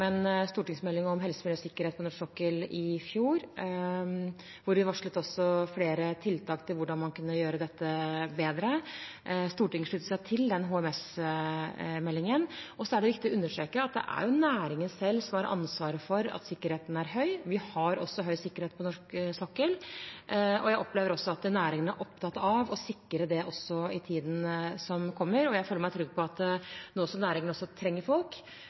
stortingsmelding om helse, miljø og sikkerhet på norsk sokkel i fjor, hvor vi varslet flere tiltak til hvordan man kunne gjøre dette bedre. Stortinget sluttet seg til den HMS-meldingen. Så er det viktig å understreke at det er næringen selv som har ansvaret for at sikkerheten er høy. Vi har høy sikkerhet på norsk sokkel. Jeg opplever også at næringen er opptatt av å sikre det i tiden som kommer. Jeg føler meg trygg på at nå som næringen trenger folk, vil de også være opptatt av å rekruttere folk